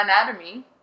anatomy